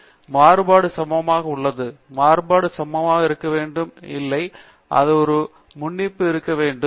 உதாரணமாக மாறுபாடு சமமாக உள்ளது மாறுபாடு சமமாக இருக்க வேண்டும் இல்லை அது ஒரு முன்னிருப்பு விருப்பம் தான்